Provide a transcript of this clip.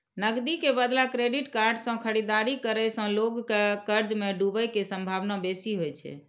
नकदी के बदला क्रेडिट कार्ड सं खरीदारी करै सं लोग के कर्ज मे डूबै के संभावना बेसी होइ छै